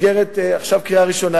במסגרת קריאה ראשונה,